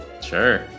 Sure